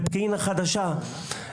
בפקיעין החדשה,